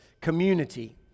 community